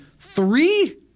three